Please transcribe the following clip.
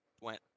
went